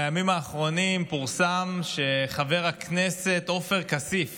בימים האחרונים פורסם שחבר הכנסת עופר כסיף